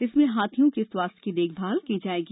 इसमें हाथियों के स्वास्थ्य की देखभाल की जायेगी